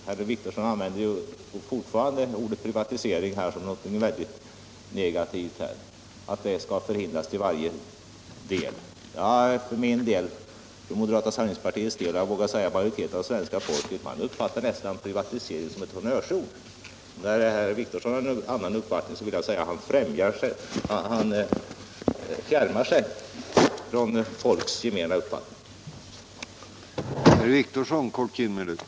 Herr Wictorsson använder fortfarande ordet ”privatisering” som något mycket negativt; han anser att en sådan skall förhindras till varje pris. Jag vågar säga att majoriteten av svenska folket uppfattar detta som ett honnörsord. När herr Wictorsson har en annan uppfattning vill jag säga att han fjärmar sig från den uppfattning som folk i gemen har.